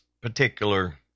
particular